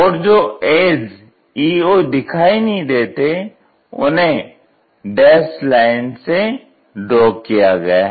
और जो edge eo दिखाई नहीं देते हैं उन्हें डैस्ड लाइन से ड्रॉ किया गया है